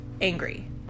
angry